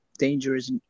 dangerous